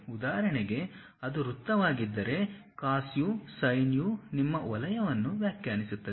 ಉದಾಹರಣೆಗೆ ಅದು ವೃತ್ತವಾಗಿದ್ದರೆ cos u sin u ನಿಮ್ಮ ವಲಯವನ್ನು ವ್ಯಾಖ್ಯಾನಿಸುತ್ತದೆ